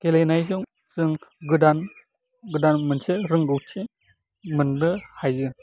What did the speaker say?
गेलेनायजों जों गोदान गोदान मोनसे रोंगौथि मोन्नो हायो